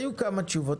היו כמה תשובות.